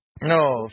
No